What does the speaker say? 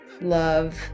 love